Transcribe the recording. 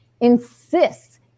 insists